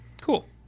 Cool